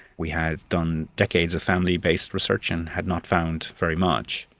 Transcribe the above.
we had done decades of family based research and had not found very much.